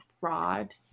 broad